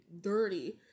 dirty